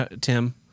Tim